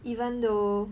even though